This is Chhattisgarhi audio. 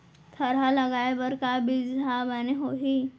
थरहा लगाए बर का बीज हा बने होही?